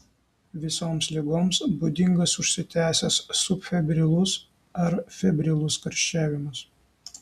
visoms ligoms būdingas užsitęsęs subfebrilus ar febrilus karščiavimas